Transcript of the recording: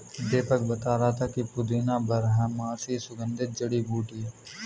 दीपक बता रहा था कि पुदीना बारहमासी सुगंधित जड़ी बूटी है